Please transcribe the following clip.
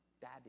Daddy